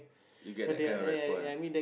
you get that kind of response